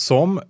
Som